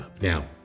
Now